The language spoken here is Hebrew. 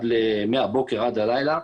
מהבוקר עד הלילה,